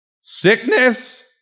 sickness